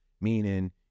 Meaning